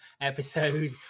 episode